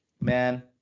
man